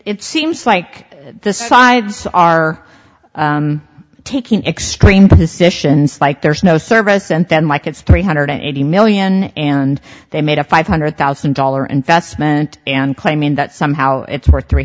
it seems like the sides are taking extreme positions like there's no service and then my kids three hundred eighty million and they made a five hundred thousand dollar investment and claiming that somehow it's worth three